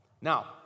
Now